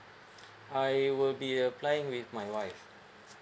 I will be applying with my wife